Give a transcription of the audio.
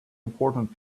important